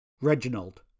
Reginald